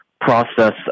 process